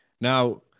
Now